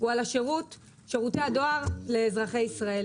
הוא על שירותי הדואר לאזרחי ישראל.